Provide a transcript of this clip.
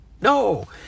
No